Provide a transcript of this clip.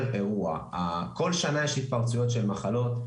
כל שנה יש התפרצויות של מחלות,